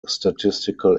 statistical